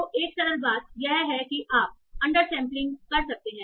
तो एक सरल बात यह है कि आप अंडर सैंपलिंग कर सकते हैं